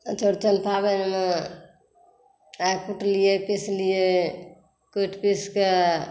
चौरचन पाबनि मे कुटलियै पिसलियै कुटि पीस कऽ